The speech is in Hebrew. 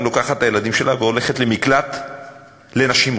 גם לוקחת את הילדים שלה והולכת למקלט לנשים מוכות,